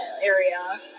area